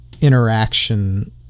interaction